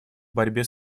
борьбе